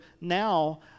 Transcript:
now